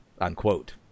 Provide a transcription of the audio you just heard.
Unquote